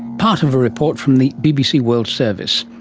part of a report from the bbc world service.